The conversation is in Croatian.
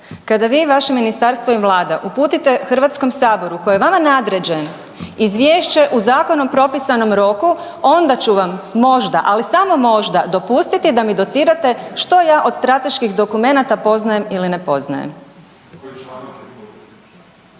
kada vi i vaše ministarstvo i vlada uputite HS koji je vama nadređen izvješće u zakonom propisanom roku onda ću vam možda, ali samo možda, dopustiti da mi docirate što ja od strateških dokumenata poznajem ili ne poznajem. **Reiner, Željko